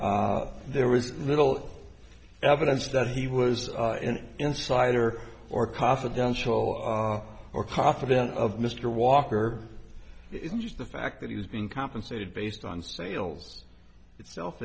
there was little evidence that he was an insider or confidential or confident of mr walker it's just the fact that he was being compensated based on sales itself